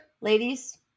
ladies